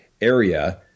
area